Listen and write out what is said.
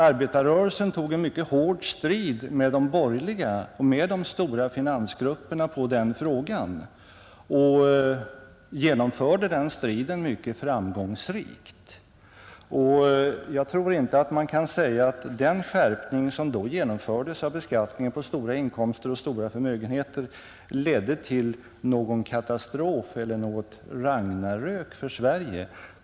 Arbetarrörelsen tog i den frågan en mycket hård strid med de borgerliga och de stora finansgrupperna och genomförde den striden mycket framgångsrikt. Jag tror man kan säga att den skärpning av beskattningen av stora förmögenheter och inkomster som då genomfördes inte ledde till någon katastrof eller till ragnarök för Sverige.